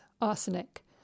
arsenic